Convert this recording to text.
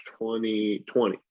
2020